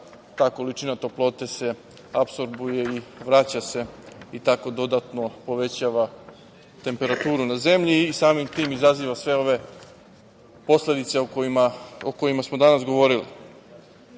ta količina toplote se apsorbuje i vraća se i tako dodatno povećava temperaturu na zemlji i samim tim, izaziva sve ove posledice o kojima smo danas govorili. Kada